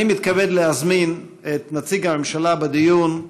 אני מתכבד להזמין את נציג הממשלה בדיון,